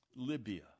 Libya